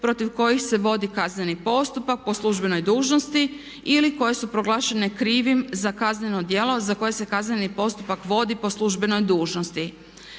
protiv kojih se vodi kazneni postupak po službenoj dužnosti ili koje su proglašene krivim za kazneno djelo za koje se kazneni postupak vodi po službenoj dužnosti.